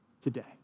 today